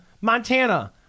Montana